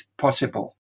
possible